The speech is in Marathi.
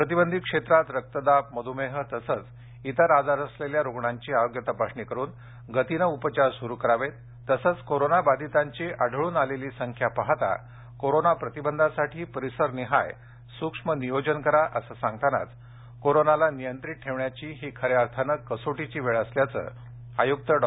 प्रतिबंधित क्षेत्रात रक्तदाब मधुमेह तसंच इतर आजार असलेल्या रुग्णांची आरोग्य तपासणी करून गतीने उपचार सुरू करावेत तसेच कोरोनाबाधितांची आढळून आलेली संख्या पाहता कोरोना प्रतिबंधासाठी परिसरनिहाय सूक्ष्म नियोजन करा असे सांगतानाच कोरोनाला नियंत्रित ठेवण्याची ही खऱ्या अर्थानं कसोटीची वेळ असल्याचे विभागीय आयुक्त डॉ